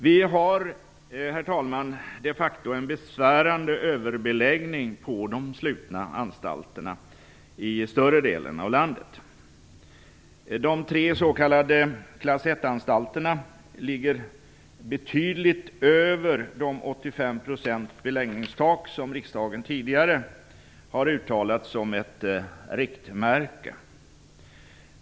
Vi har, herr talman, de facto en besvärande överbeläggning vid de slutna anstalterna i större delen av landet. De tre s.k. klass 1-anstalterna ligger betydligt över 85 %, vilket är det beläggningstak som riksdagen tidigare har uttalat som ett riktmärke.